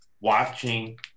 watching